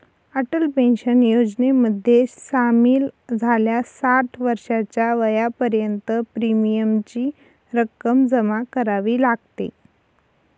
Atal pension योजनेमध्ये सामील झाल्यास साठ वर्षाच्या वयापर्यंत प्रीमियमची रक्कम जमा करावी लागते